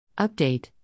Update